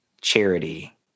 charity